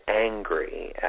angry